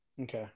Okay